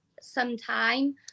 sometime